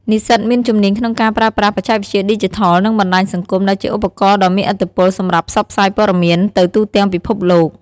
និស្សិតមានជំនាញក្នុងការប្រើប្រាស់បច្ចេកវិទ្យាឌីជីថល និងបណ្ដាញសង្គម ដែលជាឧបករណ៍ដ៏មានឥទ្ធិពលសម្រាប់ផ្សព្វផ្សាយព័ត៌មានទៅទូទាំងពិភពលោក។